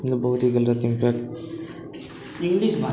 बहुत ही ग़लत इम्पैक्ट